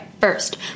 First